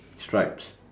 stripes